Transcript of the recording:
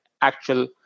actual